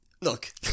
look